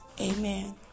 Amen